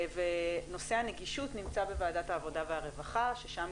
ונושא הנגישות נמצא בוועדת העבודה והרווחה ששם